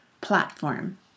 platform